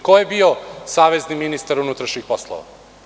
Ko je bio savezni ministar unutrašnjih poslova?